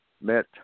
met